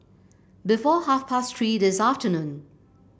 before half past Three this afternoon